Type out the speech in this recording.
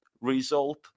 result